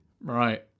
Right